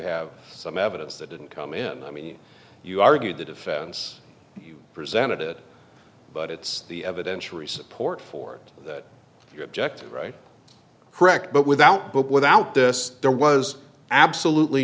have some evidence that didn't come in i mean you argued the defense presented it but it's the evidentiary support for that you object right correct but without but without this there was absolutely